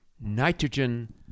nitrogen